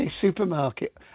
supermarket